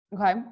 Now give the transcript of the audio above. Okay